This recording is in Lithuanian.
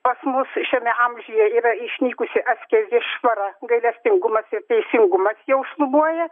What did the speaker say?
pas mus šiame amžiuje yra išnykusi askezė švara gailestingumas ir teisingumas jau šlubuoja